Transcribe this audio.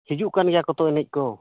ᱦᱤᱡᱩᱜ ᱠᱟᱱ ᱜᱮᱭᱟᱠᱚ ᱛᱚ ᱮᱱᱮᱡ ᱠᱚ